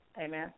Amen